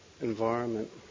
environment